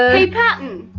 hey pattern!